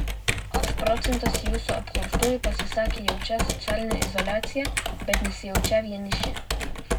koks procentas jūsų apklaustųjų pasisakė jaučią socialinę izoliaciją bet nesijaučią vieniši